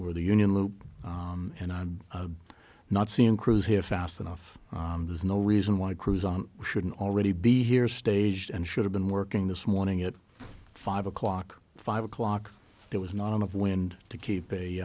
over the union lou and i'm not seeing crews here fast enough there's no reason why crews on shouldn't already be here staged and should have been working this morning at five o'clock or five o'clock there was not enough wind to keep a